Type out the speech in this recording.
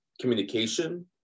communication